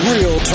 Real